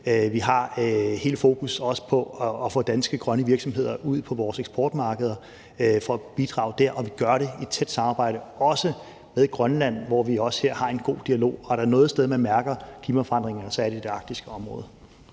Vi har også hele fokusset på at få danske grønne virksomheder ud på vores eksportmarkeder for at bidrage der, og vi gør det også i et tæt samarbejde med Grønland, og vi har også her en god dialog. Og er der noget sted, man mærker klimaforandringerne, så er det i det arktiske område.